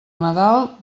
nadal